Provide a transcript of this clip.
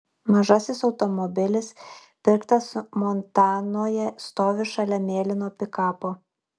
mažasis automobilis pirktas montanoje stovi šalia mėlyno pikapo